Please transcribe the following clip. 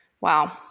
wow